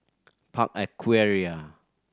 Park Aquaria